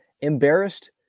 embarrassed